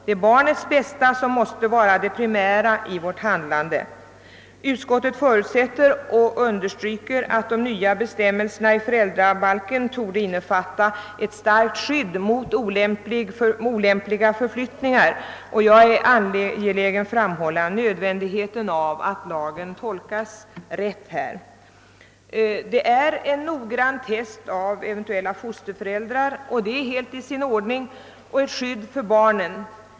Det är barnets bästa som måste vara det primära i vårt handlande. Utskottet understryker att de nya bestämmelserna i föräldrabalken torde innefatta ett starkt skydd mot olämpliga förflyttningar, och jag är angelägen framhålla nödvändigheten av att lagen tolkas rätt härvidlag. Det är nödvändigt med en noggrann prövning av de eventuella fosterföräldrarna, och det är helt i sin ordning att så sker, till skydd för barnen.